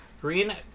green